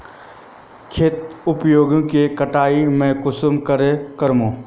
खेत उगोहो के कटाई में कुंसम करे करूम?